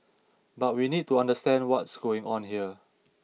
but we need to understand what's going on here